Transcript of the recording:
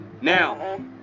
now